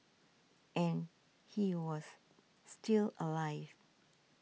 and he was still alive